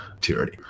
tyranny